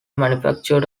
manufactured